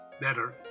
better